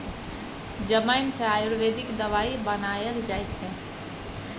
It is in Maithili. जमैन सँ आयुर्वेदिक दबाई बनाएल जाइ छै